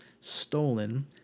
stolen